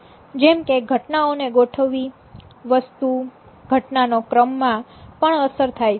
જેમકે ઘટનાઓને ગોઠવવી વસ્તુ ઘટના નો ક્રમ માં પણ અસર થાય છે